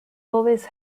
always